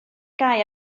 gau